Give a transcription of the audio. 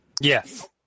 Yes